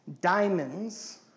diamonds